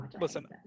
Listen